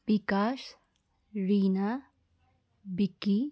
बिकास रिना बिक्की